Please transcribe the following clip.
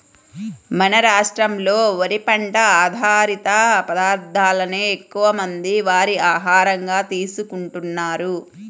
మన రాష్ట్రంలో వరి పంట ఆధారిత పదార్ధాలనే ఎక్కువమంది వారి ఆహారంగా తీసుకుంటున్నారు